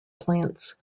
plants